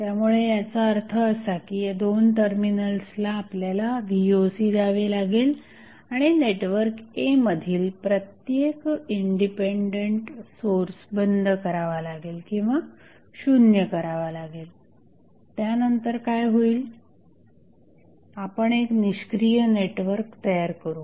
त्यामुळे याचा अर्थ असा की या दोन टर्मिनल्सला आपल्याला voc द्यावे लागेल आणि नेटवर्क A मधील प्रत्येक इंडिपेंडंट सोर्स बंद करावा लागेल किंवा शून्य करावा लागेल त्यानंतर काय होईल आपण एक निष्क्रिय नेटवर्क तयार करू